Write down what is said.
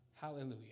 Hallelujah